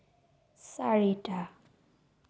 চাৰিটা